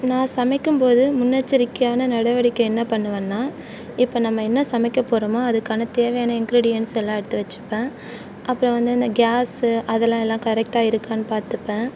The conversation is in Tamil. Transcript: நான் சமைக்கும் போது முன்னெச்சரிக்கையான நடவடிக்கை என்ன பண்ணுவேன்னா இப்போ நம்ம என்ன சமைக்கப் போகிறோமோ அதுக்கான தேவையான இன்க்ரீடியன்ஸ் எல்லா எடுத்து வெச்சுப்பேன் அப்புறோம் வந்து இந்த கேஸ்ஸு அதெலாம் எல்லாம் கரெக்டாக இருக்கான்னு பார்த்துப்பேன்